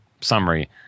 summary